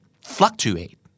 Fluctuate